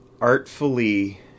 artfully